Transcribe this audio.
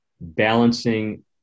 balancing